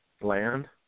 land